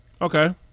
Okay